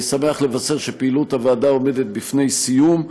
אני שמח לבשר שפעילות הוועדה עומדת לפני סיום,